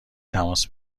تماس